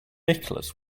nicholas